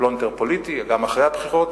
פלונטר פוליטי, גם אחרי הבחירות.